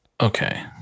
Okay